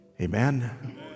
Amen